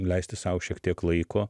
leisti sau šiek tiek laiko